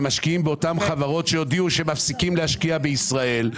משקיעים באותן חברות שהודיעו שמפסיקות להשקיע בישראל.